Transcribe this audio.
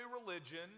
religion